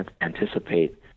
anticipate